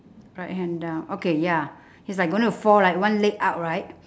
right hand down okay ya he's like going to fall right one leg out right